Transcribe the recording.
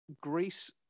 Greece